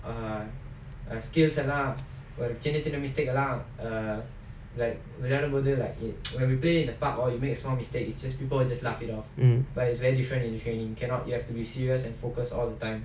mmhmm